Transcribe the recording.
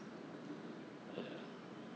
ya